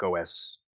OS